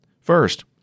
First